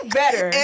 better